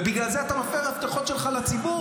ובגלל זה אתה מפר את ההבטחות של לציבור.